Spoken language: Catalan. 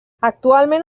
actualment